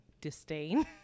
disdain